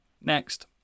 Next